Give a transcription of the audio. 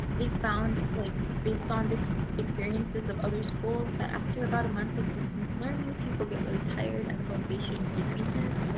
they found like based on the experiences of other schools that after about a month of distance learning people get really tired and the motivation decreases so